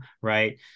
right